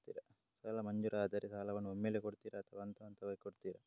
ಸಾಲ ಮಂಜೂರಾದರೆ ಸಾಲವನ್ನು ಒಮ್ಮೆಲೇ ಕೊಡುತ್ತೀರಾ ಅಥವಾ ಹಂತಹಂತವಾಗಿ ಕೊಡುತ್ತೀರಾ?